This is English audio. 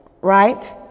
right